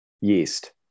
yeast